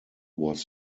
was